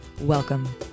Welcome